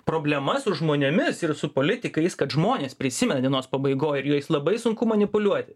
problema su žmonėmis ir su politikais kad žmonės prisimena dienos pabaigoj ir jais labai sunku manipuliuoti